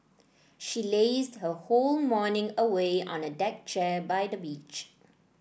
she lazed her whole morning away on a deck chair by the beach